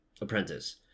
apprentice